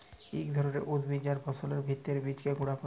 ইক ধরলের উদ্ভিদ যার ফলের ভিত্রের বীজকে গুঁড়া ক্যরে